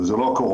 וזה לא הקורונה.